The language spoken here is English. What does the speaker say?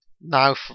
Now